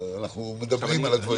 אנחנו מדברים על הדברים.